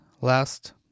last